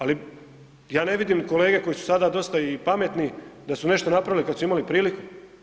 Ali ja ne vidim kolege koji su sada dosta i pametni da su nešto napravili kad su imali priliku.